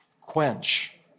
quench